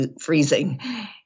freezing